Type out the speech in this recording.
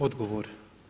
Odgovor.